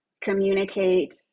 communicate